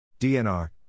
DNR